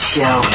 Show